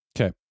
Okay